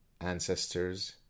ancestors